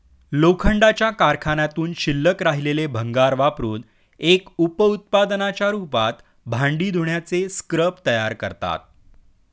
लोखंडाच्या कारखान्यातून शिल्लक राहिलेले भंगार वापरुन एक उप उत्पादनाच्या रूपात भांडी धुण्याचे स्क्रब तयार करतात